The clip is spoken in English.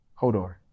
Hodor